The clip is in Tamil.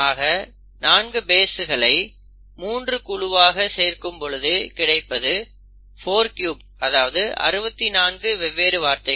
ஆக 4 பேஸ்களை 3 குழுவாக சேர்க்கும் பொழுது கிடைப்பது 43 அதாவது 64 வெவ்வேறு வார்த்தைகள்